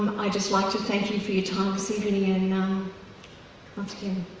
um i just like to thank you for your time this evening and and and um once again,